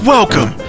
Welcome